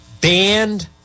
banned